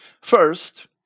First